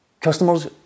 Customers